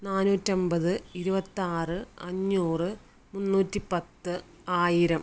നാനൂറ്റിയൻപത് ഇരുപത്തിയാറ് അഞ്ഞൂറ് മുന്നൂറ്റി പത്ത് ആയിരം